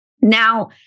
Now